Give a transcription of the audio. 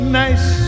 nice